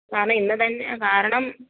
ആന്നെ ഇന്ന് തന്നെ കാരണം